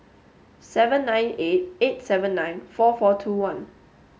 seven nine eight eight seven nine four four two one